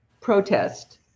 protest